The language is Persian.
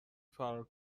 فرار